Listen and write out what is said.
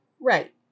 Right